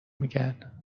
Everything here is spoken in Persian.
میگن